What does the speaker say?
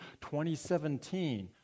2017